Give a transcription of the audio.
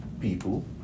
people